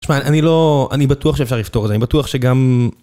תשמע, אני לא... אני בטוח שאפשר לפתור את זה, אני בטוח שגם...